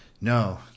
No